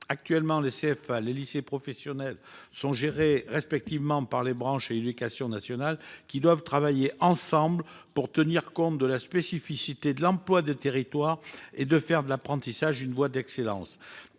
Actuellement, les CFA et les lycées professionnels sont gérés respectivement par les branches et l'éducation nationale, qui doivent travailler ensemble pour tenir compte de la spécificité de l'emploi des territoires et faire de l'apprentissage une voie d'excellence.